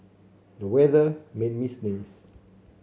the weather made me sneeze